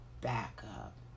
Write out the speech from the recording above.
backup